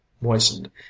moistened